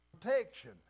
protection